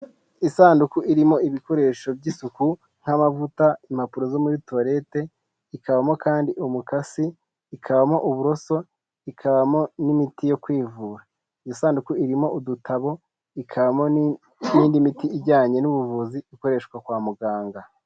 Isanduku irimo ibikoresho by'isuku nk'amavuta, impapuro zo muri tuwarete, ikabamo kandi umukasi, ikabamo uburoso, ikabamo n'imiti yo kwivura, isanduku irimo udutabo, ikabamo n'indi miti ijyanye n'ubuvuzi ikoreshwa kwa muganga.